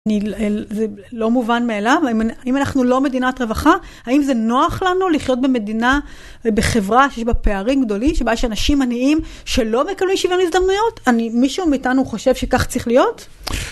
זה לא מובן מאליו, אם אנחנו לא מדינת רווחה, האם זה נוח לנו לחיות במדינה, ובחברה שיש בה פערים גדולים, שבה יש אנשים עניים שלא מקבלים שוויון הזדמנויות? מישהו מאיתנו חושב שכך צריך להיות?